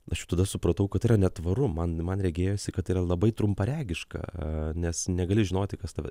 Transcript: aš jau tada supratau kad tai yra netvaru man man regėjosi kad tai yra labai trumparegiška nes negali žinoti kas tave